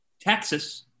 Texas